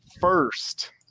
first